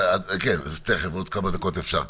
כן, תכף, עוד כמה דקות אפשר כבר.